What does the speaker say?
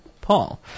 Paul